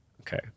Okay